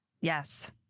Yes